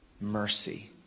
mercy